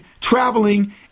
traveling